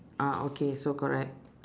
ah okay so correct